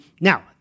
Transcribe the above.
Now